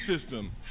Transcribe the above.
system